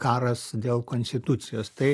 karas dėl konstitucijos tai